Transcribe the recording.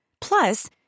Plus